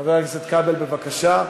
חבר הכנסת כבל, בבקשה.